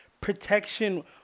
protection